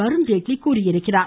அருண்ஜேட்லி தெரிவித்திருக்கிறார்